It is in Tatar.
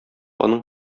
аның